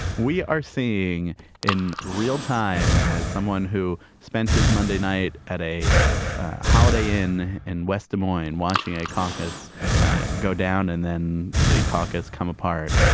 we are seeing in real time as someone who spent his monday night at a holiday inn in western moine watching a caucus go down and then the caucus come apart.